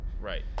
Right